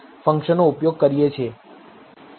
delimફંક્શનનો ઉપયોગ કરીએ છીએ